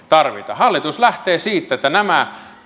hallitus lähtee siitä että nämä